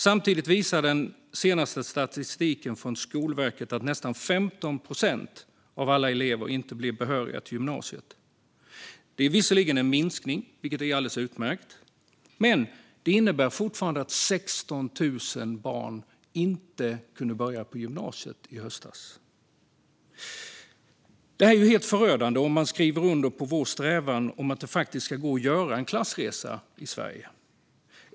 Samtidigt visar den senaste statistiken från Skolverket att nästan 15 procent av alla elever inte blir behöriga till gymnasiet. Det är visserligen en minskning, vilket är alldeles utmärkt, men det innebär fortfarande att 16 000 barn inte kunde börja på gymnasiet i höstas. Detta är helt förödande om man skriver under på vår strävan att det faktiskt ska gå att göra en klassresa i Sverige.